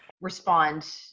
respond